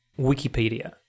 Wikipedia